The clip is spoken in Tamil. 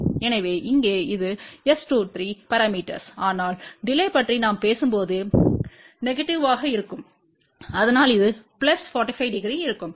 எனவே இங்கே இது S23 பரமீட்டர்ஸ் ஆனால் டிலே பற்றி நாம் பேசும்போது நெகடிவ்யாக இருக்கும் அதனால் அது பிளஸ் 450இருக்கும்